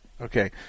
Okay